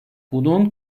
bunun